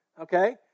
Okay